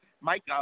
Mike